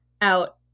out